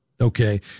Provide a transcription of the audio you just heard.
Okay